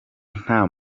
nta